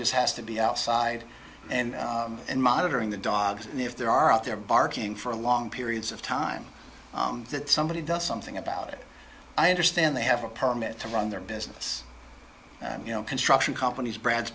just has to be outside and monitoring the dogs and if there are out there barking for long periods of time that somebody does something about it i understand they have a permit to run their business you know construction companies bran